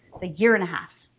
it's a year and a half,